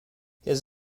his